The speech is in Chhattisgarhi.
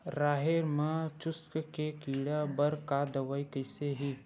राहेर म चुस्क के कीड़ा बर का दवाई कइसे ही?